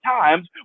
times